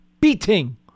beating